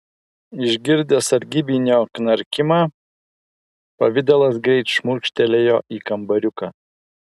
išgirdęs sargybinio knarkimą pavidalas greit šmurkštelėjo į kambariuką